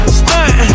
stunt